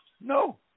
No